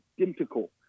identical